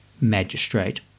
magistrate